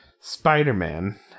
Spider-Man